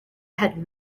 had